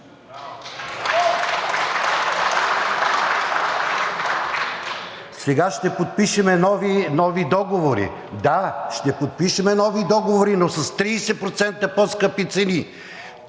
Сега ще подпишем нови договори. Да, ще подпишем нови договори, но с 30% по-скъпи цени.